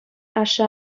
ашшӗ